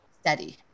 steady